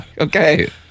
Okay